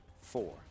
four